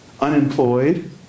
unemployed